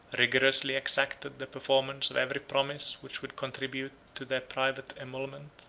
rigorously exacted the performance of every promise which would contribute to their private emolument,